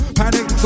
panic